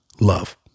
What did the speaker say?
Love